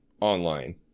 online